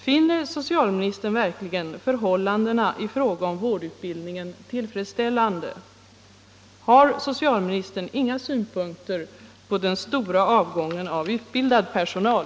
Finner socialministern verkligen förhållandena i fråga om vårdutbildningen tillfredsställande? Har socialministern inga synpunkter på den stora avgången av utbildad personal?